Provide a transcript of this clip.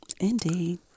Indeed